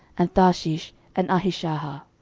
and tharshish, and ahishahar.